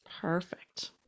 Perfect